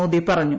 മോദി പറഞ്ഞു